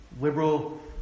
Liberal